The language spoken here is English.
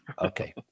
okay